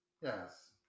Yes